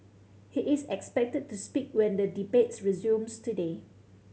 he is expected to speak when the debates resumes today